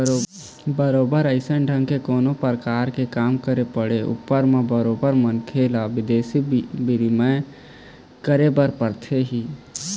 बरोबर अइसन ढंग के कोनो परकार के काम के पड़े ऊपर म बरोबर मनखे ल बिदेशी बिनिमय करे बर परथे ही